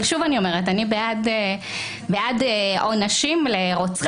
שוב אני אומרת: אני בעד עונשים לרוצחים,